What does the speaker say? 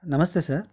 నమస్తే సార్